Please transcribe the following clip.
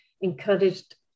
encouraged